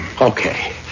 Okay